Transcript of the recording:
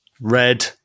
Red